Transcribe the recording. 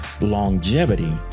longevity